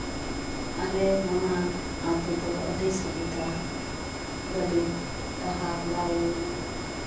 ᱟᱞᱮ ᱱᱚᱣᱟ ᱟᱹᱛᱩ ᱫᱚ ᱟᱹᱰᱤ ᱥᱩᱵᱤᱫᱷᱟ ᱜᱟᱹᱰᱤ ᱰᱟᱦᱟᱨ ᱞᱟᱹᱭᱤᱱ